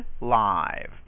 Live